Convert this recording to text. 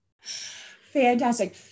Fantastic